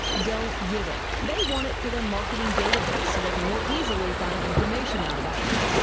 don't give it. they want it for their marketing database so they can more easily find information out about you.